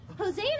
Jose